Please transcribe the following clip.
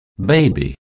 baby